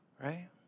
right